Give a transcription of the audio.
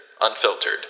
unfiltered